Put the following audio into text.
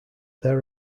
there